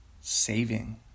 saving